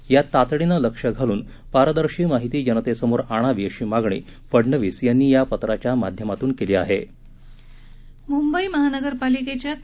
यात तातडीनं लक्ष घालून पारदर्शी माहिती जनतेसमोर आणावी अशी मागणी फडणवीस यांनी या पत्राच्या माध्यमातून केली आहे मुंबई महानगरपालिकेच्या के